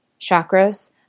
chakras